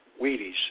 Wheaties